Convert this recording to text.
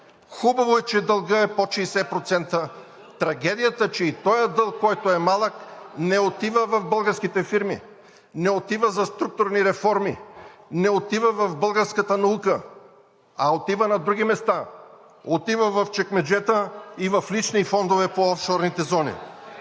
Хубаво е, че дългът е под 60%, трагедията е, че и този дълг, който е малък, не отива в българските фирми, не отива за структурни реформи, не отива в българската наука, а отива на други места – отива в чекмеджета и в лични фондове по офшорните зони.